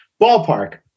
Ballpark